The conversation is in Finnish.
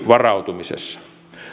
varautumisessa